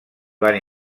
van